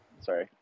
Sorry